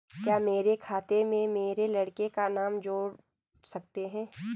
क्या मेरे खाते में मेरे लड़के का नाम जोड़ सकते हैं?